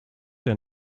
der